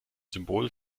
symbol